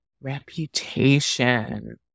reputation